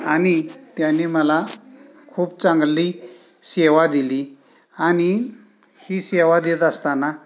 आणि त्याने मला खूप चांगली सेवा दिली आणि ही सेवा देत असताना